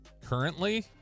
Currently